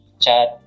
chat